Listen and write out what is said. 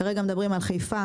כרגע אנחנו מדברים על חיפה,